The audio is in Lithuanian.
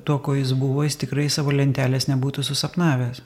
tuo kuo jis buvo jis tikrai savo lentelės nebūtų susapnavęs